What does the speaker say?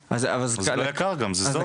זה לא יקר גם, זה זול.